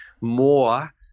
more